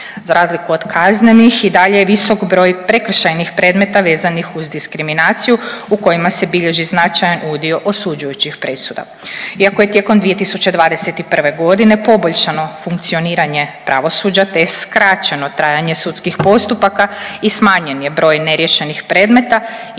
Za razliku od kaznenih i dalje je visok broj prekršajnih predmeta vezanih uz diskriminaciju u kojima se bilježi značajan udio osuđujući presuda. Iako je tijekom 2021. godine poboljšano funkcioniranje pravosuđa te je skraćeno trajanje sudskih postupaka i smanjen je broj neriješenih predmeta i dalje treba